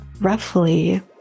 roughly